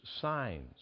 signs